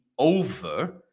Over